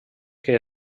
que